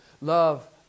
love